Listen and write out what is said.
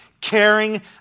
caring